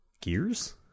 Gears